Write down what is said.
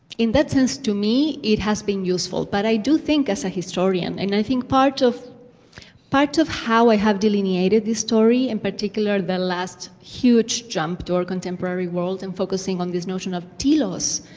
in that sense, to me, it has been useful. but i do think, as a historian and i think part of part of how i have delineated this story, in particular, the last huge jump to our contemporary world and focusing on this notion of telos,